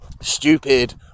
stupid